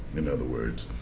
in other words.